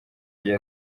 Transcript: rya